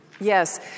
Yes